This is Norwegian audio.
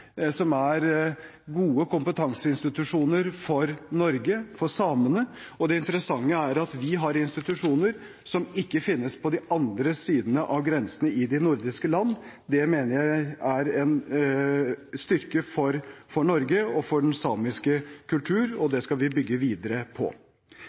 som er gode kompetanseinstitusjoner for Norge og for samene. Det interessante er at vi har institusjoner som ikke finnes på de andre sidene av grensene i de nordiske land. Det mener jeg er en styrke for Norge og for den samiske kultur, og